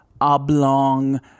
oblong